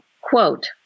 Quote